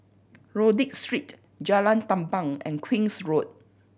Rodyk Street Jalan Tamban and Queen's Road